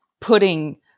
putting